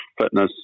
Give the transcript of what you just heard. fitness